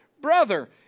brother